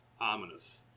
ominous